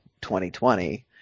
2020